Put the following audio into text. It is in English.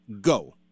Go